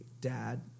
dad